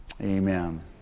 Amen